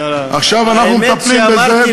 עכשיו אנחנו מטפלים בזה.